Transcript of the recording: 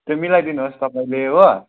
त्यो मिलाइदिनुहोस् तपाईँले हो